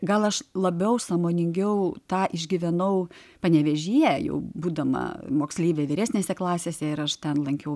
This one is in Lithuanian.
gal aš labiau sąmoningiau tą išgyvenau panevėžyje jau būdama moksleivė vyresnėse klasėse ir aš ten lankiau